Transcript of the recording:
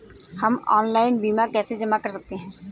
हम ऑनलाइन बीमा कैसे कर सकते हैं?